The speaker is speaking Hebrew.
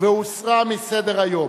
והוסרה מסדר-היום.